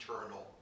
eternal